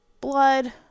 blood